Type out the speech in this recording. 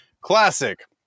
Classic